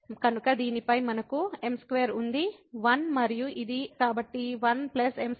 కాబట్టి దీనిపై మనకు m2 ఉంది 1 మరియు ఇది కాబట్టి 1 m2 ఇది 1m2m